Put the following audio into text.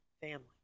family